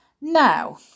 now